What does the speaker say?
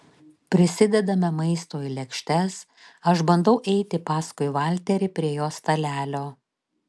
prisidedame maisto į lėkštes aš bandau eiti paskui valterį prie jo stalelio